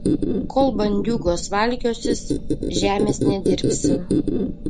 kol bandiūgos valkiosis žemės nedirbsi